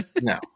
No